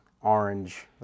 orange